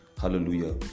Hallelujah